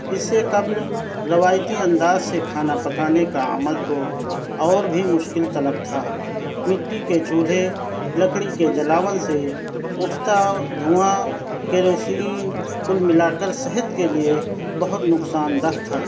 اِس سے قبل روایتی انداز سے کھانا پکانے کا عمل تو اور بھی مشکل طلب تھا مٹی کے چولہے لکڑی کے جلان سے اُٹھتا دھواں کیروسین کُل ملا کر صحت کے لیے بہت نقصان دہ تھا